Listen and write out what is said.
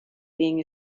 being